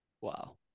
Wow